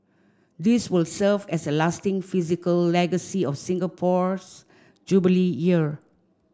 these will serve as a lasting physical legacy of Singapore's Jubilee Year